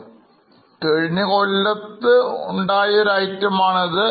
ആകെ കൊല്ലങ്ങളിൽ ഉണ്ടായഐറ്റംസ് ആണിത്